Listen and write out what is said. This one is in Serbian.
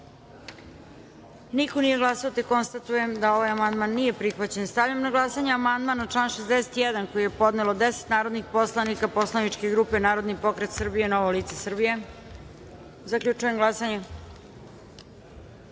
niko nije glasao. Konstatujem da ovaj amandman nije prihvaćen. Stavljam na glasanje amandman na član 61. koji je podnelo 10 narodnih poslanika poslaničke grupe Narodni pokret Srbije – Novo lice Srbije. Zaključujem glasanje: